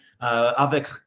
avec